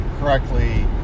correctly